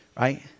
right